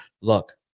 Look